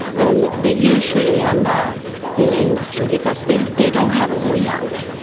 and they usually end up in the industry because they they don't have a way out.